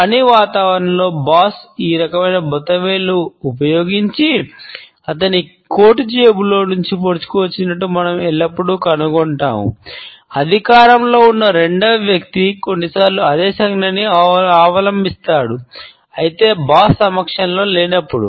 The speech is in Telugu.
పని వాతావరణంలో బాస్ సమక్షంలో లేనప్పుడు